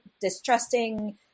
distrusting